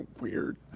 weird